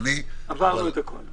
עברנו את הכל.